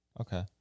Okay